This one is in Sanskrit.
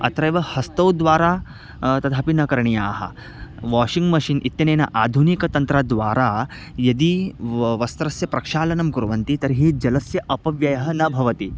अत्रैव हस्तौद्वारा तदपि न करणीयः वाशिङ्ग् मशीन् इत्यनेन आधुनिकं तन्त्रद्वारा यदि वस्त्रस्य प्रक्षालनं कुर्वन्ति तर्हि जलस्य अपव्ययः न भवति